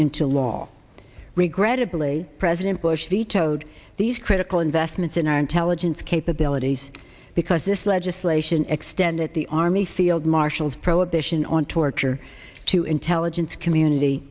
into law regrettably president bush vetoed these critical investments in our intelligence capabilities because this legislation extended the army field marshals prohibition on torture to intelligence community